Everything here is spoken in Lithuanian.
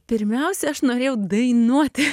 pirmiausia aš norėjau dainuoti